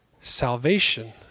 salvation